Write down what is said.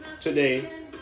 today